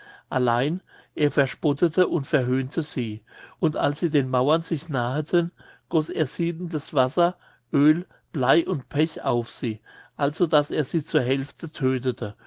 allein er verspottete und verhöhnte sie und als sie den mauern sich naheten goß er siedendes wasser oel blei und pech auf sie also daß er sie zur hälfte tödtete